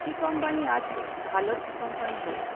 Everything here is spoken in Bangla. কী কোম্পানি আছে ভালো কী কোম্পানি হবে